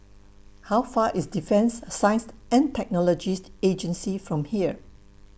How Far IS Defence Science and Technologies Agency from here